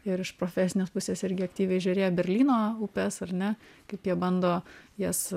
ir iš profesinės pusės irgi aktyviai žiūrėję berlyno upes ar ne kaip jie bando jas